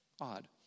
Odd